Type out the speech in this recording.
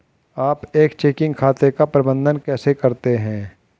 आप एक चेकिंग खाते का प्रबंधन कैसे करते हैं?